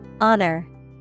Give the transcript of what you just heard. Honor